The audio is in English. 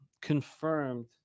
confirmed